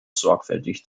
sorgfältig